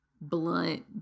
blunt